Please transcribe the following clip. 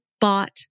bought